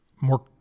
more